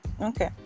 Okay